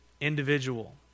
individual